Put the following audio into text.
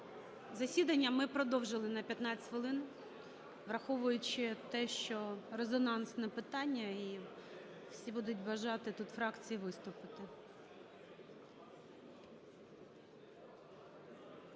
Засідання ми продовжили на 15 хвилин, враховуючи те, що резонансне питання, і всі будуть бажати тут фракції виступити.